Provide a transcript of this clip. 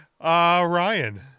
Ryan